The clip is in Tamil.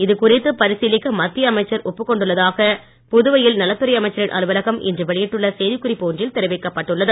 இது குறித்து பரிசீலிக்க மத்திய அமைச்சர் ஒப்புக் கொண்டுள்ளதாக புதுவையில் நலத்துறை அமைச்சரின் அலுலவகம் இன்று வெளியிட்டுள்ள செய்திக் குறிப்பு ஒன்றில் தெரிவிக்கப்பட்டு உள்ளது